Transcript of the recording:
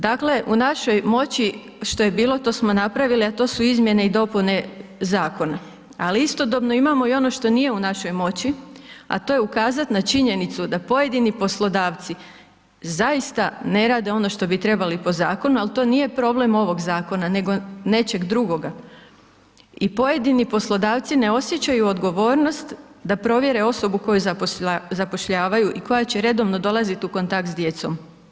Dakle, u našoj moći što je bilo, to smo napravili a to su izmjene i dopune zakona, ali istodobno imamo i ono što nije u našoj moći a to je ukazat na činjenicu da pojedini poslodavci zaista ne rade ono što bi trebali po zakonu ali to nije problem ovog zakona nego nečeg drugoga i pojedini poslodavci ne osjećaju odgovornost da provjere osobe koju zapošljavaju i koja će redovno dolazit u kontakt s djecom.